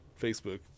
Facebook